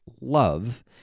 love